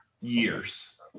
years